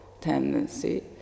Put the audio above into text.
Tendency